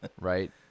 right